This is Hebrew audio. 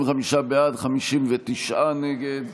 55 בעד, 59 נגד.